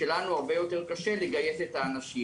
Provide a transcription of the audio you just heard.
כשלנו הרבה יותר קשה לגייס את האנשים.